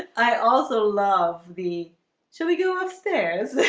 i also love be shall we go upstairs?